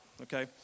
okay